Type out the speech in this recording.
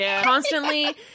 constantly